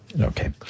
Okay